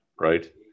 right